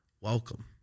Welcome